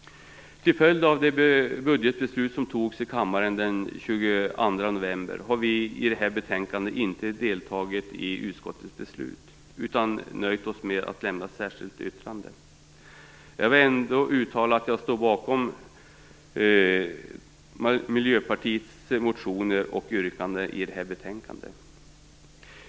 Till följd av de budgetbeslut som fattades i kammaren den 22 november har vi i det här betänkandet inte deltagit i utskottets förslag utan nöjt oss med att avlämna ett särskilt yttrande. Jag vill ändå uttala att jag står bakom Miljöpartiets samtliga motioner och yrkanden i betänkandet.